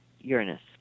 Uranus